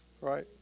right